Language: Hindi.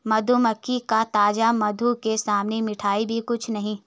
मधुमक्खी का ताजा मधु के सामने मिठाई भी कुछ नहीं